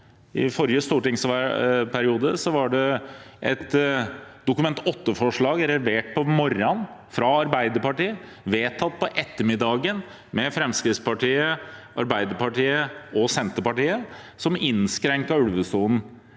I forrige stortingsperiode var det et Dokument 8forslag levert om morgenen fra Arbeiderpartiet, vedtatt om ettermiddagen med Fremskrittspartiet, Arbeiderpartiet og Senterpartiet, som innskrenket ulvesonen